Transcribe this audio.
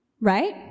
right